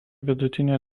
vidutinio